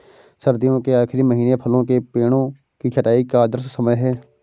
सर्दियों के आखिरी महीने फलों के पेड़ों की छंटाई का आदर्श समय है